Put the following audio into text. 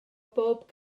bob